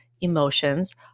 emotions